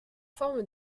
forme